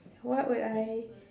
what would I